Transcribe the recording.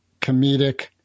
comedic